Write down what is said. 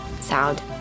sound